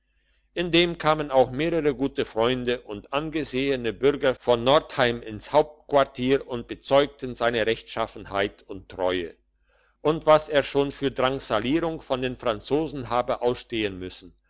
indem kamen auch mehrere gute freunde und angesehene bürger von nordheim ins hauptquartier und bezeugten seine rechtschaffenheit und treue und was er schon für drangsalierung von den franzosen habe ausstehen müssen